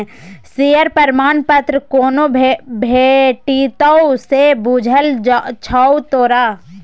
Share प्रमाण पत्र कोना भेटितौ से बुझल छौ तोरा?